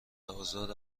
آزار